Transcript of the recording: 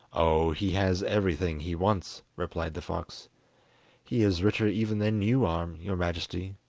oh, he has everything he wants replied the fox he is richer even than you are, your majesty